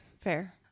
Fair